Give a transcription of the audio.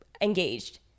engaged